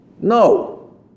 No